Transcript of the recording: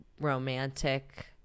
romantic